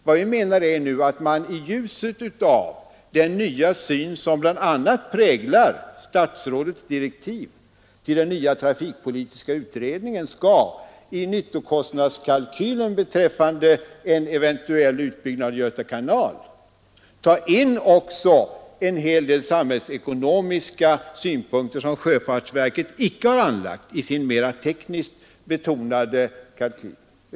Vad vi nu menar är att man i ljuset av den nya syn, som bl.a. präglar statsrådets direktiv till den nya trafikpolitiska utredningen, i nyttokostnadskalkylen beträffande en eventuell utbyggnad av Göta kanal skall ta in också en hel del samhällsekonomiska synpunkter som sjöfartsverket inte anlagt i sin mer tekniskt betonade kalkyl.